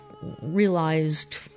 realized